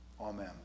Amen